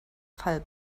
fall